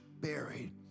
buried